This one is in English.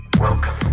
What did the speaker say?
Welcome